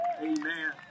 Amen